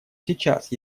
сейчас